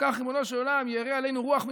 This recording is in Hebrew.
כך ריבונו של עולם יערה עלינו רוח ממרום.